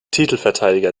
titelverteidiger